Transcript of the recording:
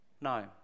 No